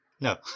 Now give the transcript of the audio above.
No